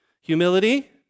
Humility